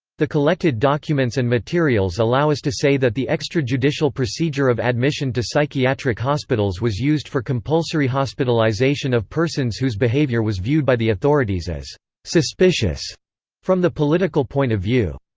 the collected documents and materials allow us to say that the extrajudicial procedure of admission to psychiatric hospitals was used for compulsory hospitalization of persons whose behavior was viewed by the authorities as suspicious from the political point of view.